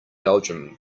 belgium